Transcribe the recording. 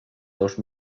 dos